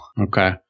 okay